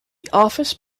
office